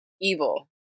evil